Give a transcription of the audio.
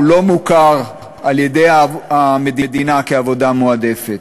לא מוכר על-ידי המדינה כעבודה מועדפת